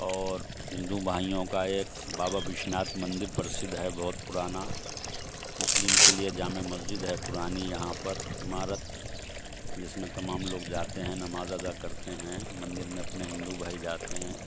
اور ہندو بھائیوں کا ایک بابا وشو ناتھ مندر پرشدھ ہے بہت پرانا مسلم کے لیے جامع مسجد ہے پرانی یہاں پر عمارت جس میں تمام لگ جاتے ہیں نماز ادا کرتے ہیں مندر میں اپنے ہندو بھائی جاتے ہیں